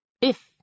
If